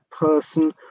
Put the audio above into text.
person